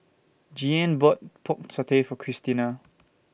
Jeannine bought Pork Satay For Cristina